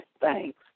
thanks